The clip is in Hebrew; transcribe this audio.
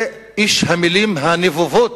זה איש המלים הנבובות,